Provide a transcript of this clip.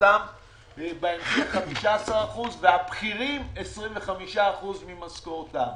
ממשכורתם ובהמשך על 15 אחוזים והבכירים ויתרו על 25 אחוזים ממשכורתם.